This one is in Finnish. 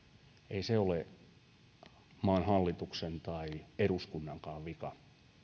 ei se ole maan hallituksen tai eduskunnankaan vika